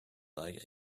like